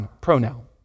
pronoun